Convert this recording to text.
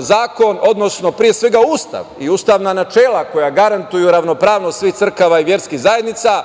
zakon, odnosno, pre svega, Ustav i ustavna načela koja garantuju ravnopravnost svih crkava i verskih zajednica,